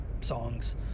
songs